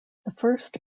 first